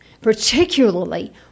particularly